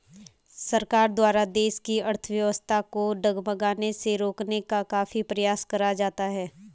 सरकार द्वारा देश की अर्थव्यवस्था को डगमगाने से रोकने का काफी प्रयास करा जाता है